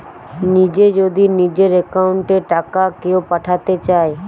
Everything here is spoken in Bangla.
নিজে যদি নিজের একাউন্ট এ টাকা কেও পাঠাতে চায়